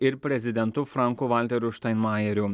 ir prezidentu franku valteriu štainmajeriu